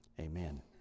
amen